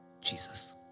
Jesus